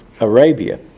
Arabia